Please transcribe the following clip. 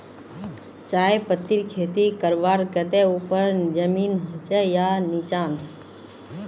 चाय पत्तीर खेती करवार केते ऊपर जमीन होचे या निचान?